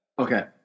Okay